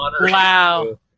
Wow